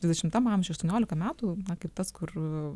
dvidešimam amžiui aštuoniolika metų kaip tas kur